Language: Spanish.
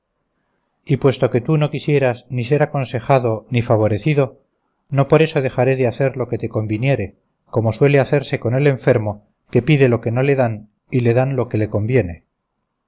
y puesto que tú no quieras ni ser aconsejado ni favorecido no por eso dejaré de hacer lo que te conviniere como suele hacerse con el enfermo que pide lo que no le dan y le dan lo que le conviene